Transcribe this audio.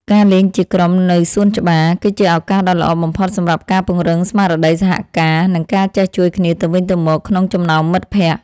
ការលេងជាក្រុមនៅសួនច្បារ គឺជាឱកាសដ៏ល្អបំផុតសម្រាប់ការពង្រឹងស្មារតីសហការ និងការចេះជួយគ្នាទៅវិញទៅមកក្នុងចំណោមមិត្តភក្តិ។